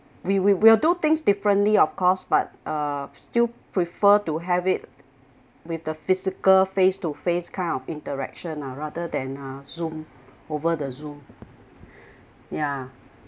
we we will do things differently of course but uh still prefer to have it with the physical face to face kind of interaction ah rather than uh zoom over the zoom yeah